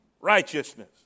righteousness